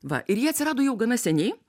va ir jie atsirado jau gana seniai